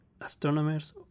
astronomers